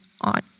on